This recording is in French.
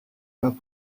pas